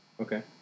Okay